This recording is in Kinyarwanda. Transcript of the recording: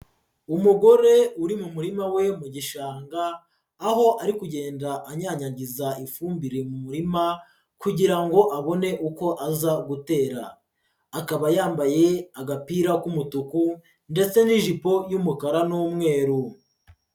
Umugore uri mu murima we mu gishanga, aho ari kugenda anyanyagiza ifumbire mu murima kugira ngo abone uko aza gutera, akaba yambaye agapira k'umutuku ndetse n'ijipo y'umukara n'umweru.